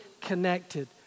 connected